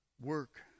work